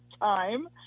time